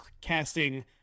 casting